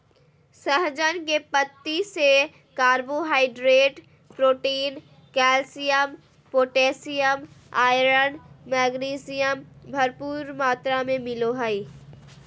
सहजन के पत्ती से carbohydrate, protein, calcium, potassium, iron, magnesium, भरपूर मात्रा में मिलो हइ